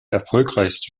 erfolgreichste